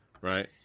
Right